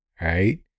right